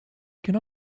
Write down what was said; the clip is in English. can